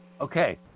Okay